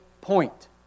point